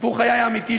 סיפור חיי האמיתי,